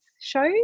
shows